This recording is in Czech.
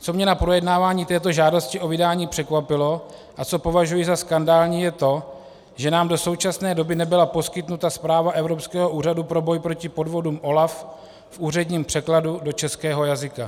Co mě na projednávání této žádosti o vydání překvapilo a co považuji za skandální, je to, že nám do současné doby nebyla poskytnuta zpráva Evropského úřadu pro boj proti podvodům, OLAF, v úředním překladu do českého jazyka.